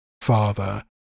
father